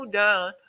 down